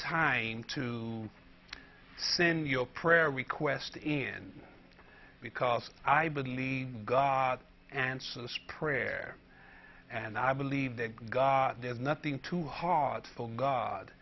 time to send your prayer request in because i believe god answered this prayer and i believe that god there is nothing too hard for god